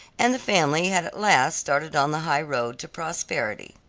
and the family had at last started on the high road to prosperity.